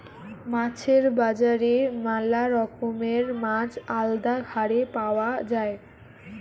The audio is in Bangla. মাছের বাজারে ম্যালা রকমের মাছ আলদা হারে পাওয়া যায়